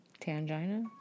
Tangina